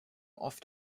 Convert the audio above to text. oft